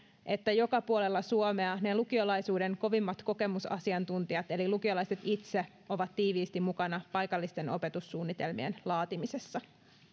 että joka puolella suomea ne lukiolaisuuden kovimmat kokemusasiantuntijat eli lukiolaiset itse ovat tiiviisti mukana paikallisten opetussuunnitelmien laatimisessa